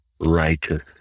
righteous